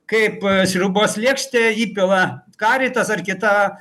kaip sriubos lėkštę įpila karitas ar kita